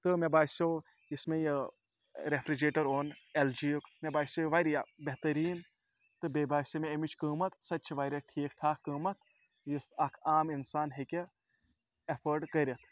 تہٕ مےٚ باسیٚو یُس مےٚ یہِ رٮ۪فرِجریٹَر اوٚن اٮ۪ل جی یُک مےٚ باسیٚو یہِ واریاہ بہتریٖن تہٕ بیٚیہِ باسے مےٚ اَمِچ قۭمَت سۄ تہِ چھِ واریاہ ٹھیٖک ٹھاک قۭمَت یُس اَکھ عام اِنسان ہیٚکہِ اٮ۪فٲڈ کٔرِتھ